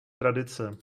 tradice